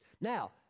Now